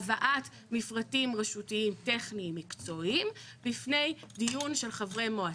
להבאת מפרטים רשותיים טכניים מקצועיים בפני דיון של חברי מועצה.